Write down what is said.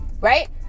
right